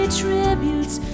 tributes